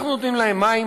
אנחנו נותנים להם מים,